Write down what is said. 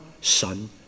Son